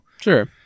Sure